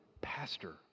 pastor